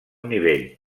nivell